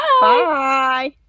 Bye